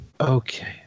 Okay